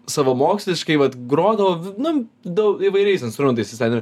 savamoksliškai vat grodavo vi nu dau įvairiais instrumentais jis ten ir